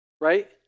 right